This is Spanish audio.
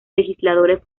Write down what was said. legisladores